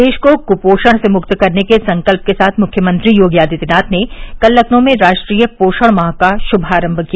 प्रदेश को कुपोषण से मुक्त करने के संकल्प के साथ मुख्यमंत्री योगी आदित्यनाथ ने कल लखनऊ में राष्ट्रीय पोषण माह का श्मारम्म किया